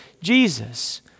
Jesus